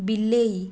ବିଲେଇ